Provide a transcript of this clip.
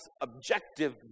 objective